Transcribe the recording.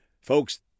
Folks